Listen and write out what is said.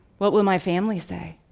what will my family say?